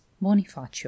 bonifacio